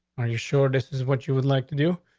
are you sure this is what you would like to do?